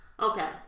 Okay